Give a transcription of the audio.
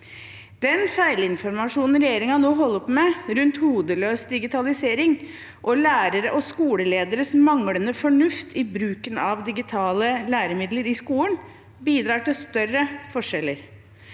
Den feilinformasjonen regjeringen nå holder på med rundt hodeløs digitalisering, og lærere og skolelederes manglende fornuft i bruken av digitale læremidler i skolen, bidrar til større forskjeller.